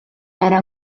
era